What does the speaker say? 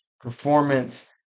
performance